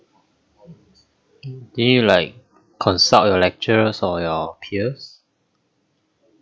do you like consult your lecturers or your peers